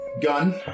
Gun